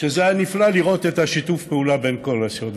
שזה היה נפלא לראות את שיתוף הפעולה בין כל הסיעות.